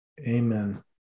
Amen